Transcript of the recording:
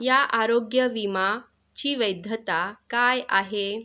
या आरोग्य विमाची वैधता काय आहे